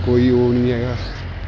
ਕੋਈ ਉਹ ਨਹੀਂ ਹੈਗਾ